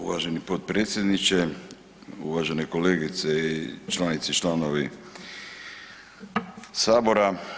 Uvaženi potpredsjedniče, uvažene kolegice, članice i članovi Sabora.